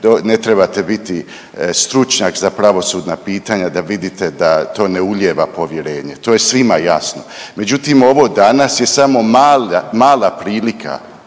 ne trebate biti stručnjak za pravosudna pitanja da vidite da to ne ulijeva povjerenje. To je svima jasno. Međutim, ovo danas je samo mala prilika,